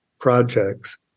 projects